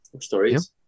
stories